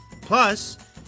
Plus